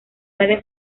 radio